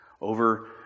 over